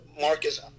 Marcus